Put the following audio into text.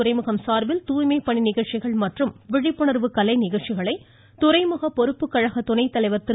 துறைமுகம் சார்பில் தூய்மை பணி நிகழ்ச்சிகள் மற்றும் விழிப்புணர்வு கலை நிகழ்ச்சிகளை துறைமுக பொறுப்பு கழகத் துணைத் தலைவர் திரு